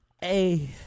Hey